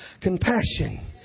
compassion